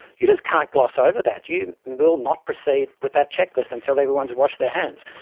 you just can't gloss over that, you will not proceed with that checklist until everyone has washed their hands.